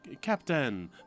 captain